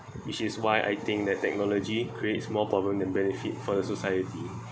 which is why I think that technology creates more problem than benefits for the society